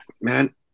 man